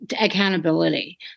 accountability